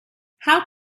how